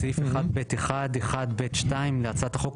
בסעיף 1(ב1)(1)(ב)(2) להצעת החוק,